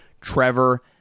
Trevor